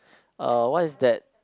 uh what is that